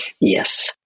Yes